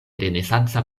renesanca